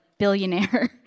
billionaire